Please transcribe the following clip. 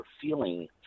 feeling